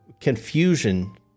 confusion